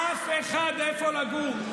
אני לא אשאל אף אחד איפה לגור.